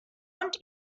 und